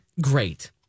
great